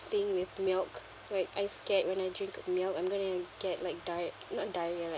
thing with milk like I scared when I drink milk I'm going to get like diar~ not diarrhea like